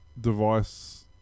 device